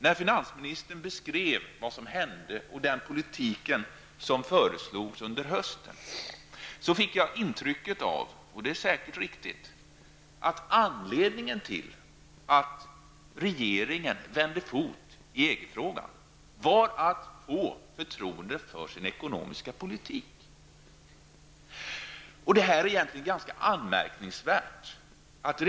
När finansministern beskrev vad som hände och den politik som föreslogs under hösten fick jag intrycket -- och det är säkert riktigt -- att anledningen till att regeringen bytte fot i EG-frågan var att man ville få förtroende för sin ekonomiska politik. Detta är egentligen ganska anmärkningsvärt.